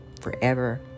forever